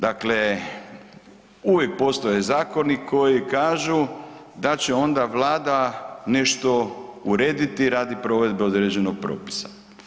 Dakle, uvijek postoje zakoni koji kažu da će onda Vlada nešto urediti radi provedbe određenog propisa.